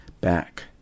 back